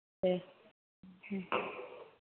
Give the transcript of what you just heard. दे उम